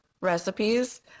recipes